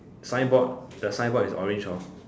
signboard the signboard is orange hor